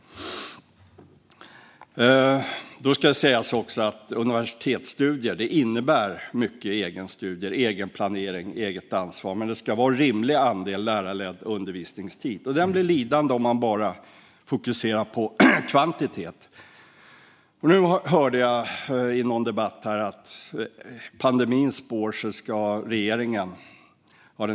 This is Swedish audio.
Det ska sägas att universitetsstudier innebär mycket egenstudier, egenplanering och eget ansvar, men det ska vara en rimlig andel lärarledd undervisningstid. Den blir lidande om man bara fokuserar på kvantitet. Jag hörde i någon debatt att regeringen i pandemins spår vill ordna 19 000 nya högskoleplatser.